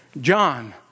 John